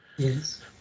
Yes